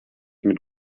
mit